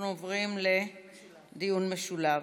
אנחנו עוברים לדיון משולב.